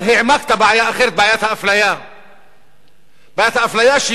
אבל העמקת בעיה אחרת, בעיית האפליה.